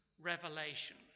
revelation